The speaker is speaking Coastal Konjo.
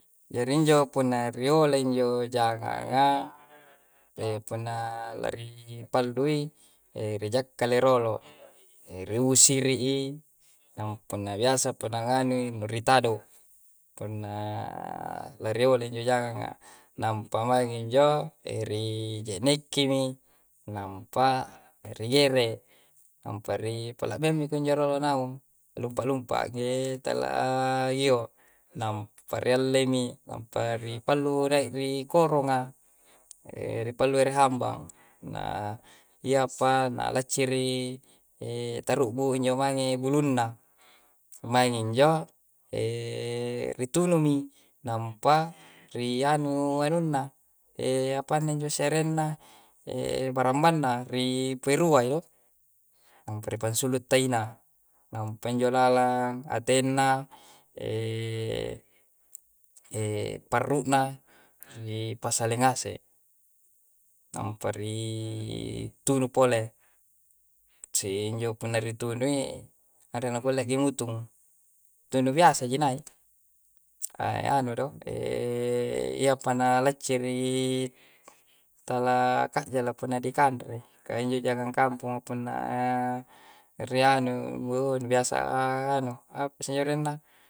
Jarin injo punna rio injo janga'nga te punna lari palluyi rejakka relolo reisu rei'i na nampungya biasa ponangani ni rittado. Ponna ra liole injo janga. Nampa mae injo eri jenne' ki ngampa riyere nampari palabembe konjoro no nau ta lumpa-lumpa tallaa iyo namparelleng mi nampari pallu re'ri koronga paluru hammbang na iyapa na lacirri tarubbu injo mae ngee bulu'na. Mai nginjo ritunu'nu mi nampa riyanu anu'na apa'na si injo, serrena barabangna ri' peruwayo ampere pansulu ta'ina nampai injo lala attena parru'na pasale ngase. Nampari tunupole, si injo punne ni rutuni arena gulle ki mutung tunnu biasa ji nai. anu do iyapana lacerri talaa kajelle puna dikanre, kaya injo janga kampung punna riyanu biasa anu apa siorenna.